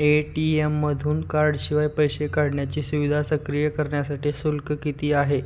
ATM मधून कार्डशिवाय पैसे काढण्याची सुविधा सक्रिय करण्यासाठी शुल्क किती आहे,